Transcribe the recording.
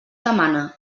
demana